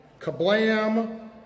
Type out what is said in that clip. Kablam